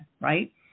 right